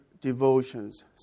devotions